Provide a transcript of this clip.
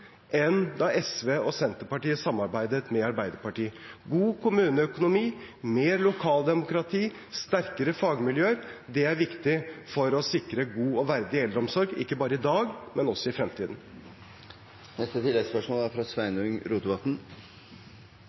enn da SV og Senterpartiet samarbeidet med Arbeiderpartiet. God kommuneøkonomi, mer lokaldemokrati og sterkere fagmiljøer er viktig for å sikre en god og verdig eldreomsorg ikke bare i dag, men også i fremtiden.